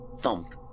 Thump